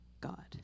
God